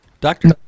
Doctor